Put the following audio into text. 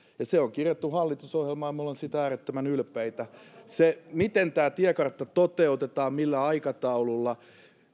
ja se on kirjattu hallitusohjelmaan ja me olemme siitä äärettömän ylpeitä miten tämä tiekartta toteutetaan millä aikataululla